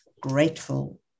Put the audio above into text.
grateful